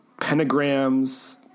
pentagrams